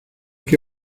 que